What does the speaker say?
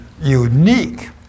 unique